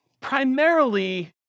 primarily